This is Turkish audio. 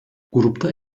grupta